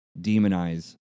demonize